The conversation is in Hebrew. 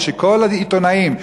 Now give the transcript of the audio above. ושכל העיתונאים,